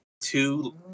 two